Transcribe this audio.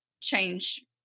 change